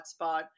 hotspot